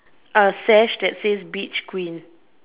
a sash that says beach queen